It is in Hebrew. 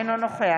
אינו נוכח